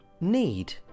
Need